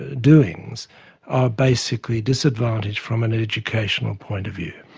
doings are basically disadvantaged from an educational point of view.